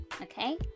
Okay